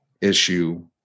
issue